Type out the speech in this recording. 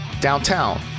downtown